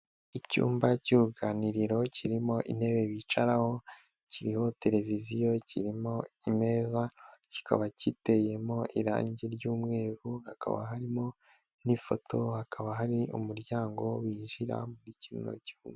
Icyumba cy'uruganiriro kirimo intebe bicaraho, kiriho televiziyo, kirimo imeza, kikaba kiteyemo irangi ry'umweru, hakaba harimo n'ifoto, hakaba hari umuryango winjira muri kino cyumba.